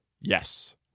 yes